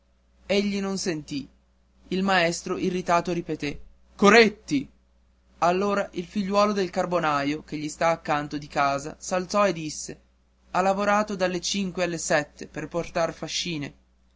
egli non sentì il maestro irritato ripeté coretti allora il figliuolo del carbonaio che gli sta accanto di casa s'alzò e disse ha lavorato dalle cinque alle sette a portar fascine